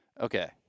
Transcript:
Okay